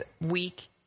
week